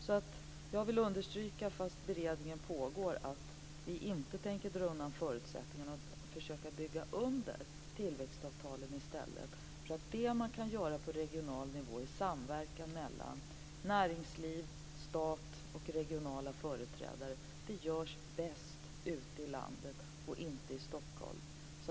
Fast beredningen pågår vill jag understryka att vi inte tänker dra undan förutsättningarna utan i stället ska vi försöka bygga under tillväxtavtalen. Det man kan göra på regional nivå i samverkan mellan näringsliv, stat och regionala företrädare görs bäst ute i landet och inte i Stockholm.